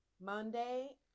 Monday